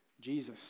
Jesus